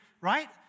right